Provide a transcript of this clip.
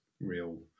real